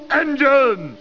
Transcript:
engine